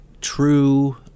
true